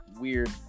weird